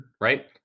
right